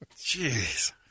Jeez